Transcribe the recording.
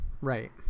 Right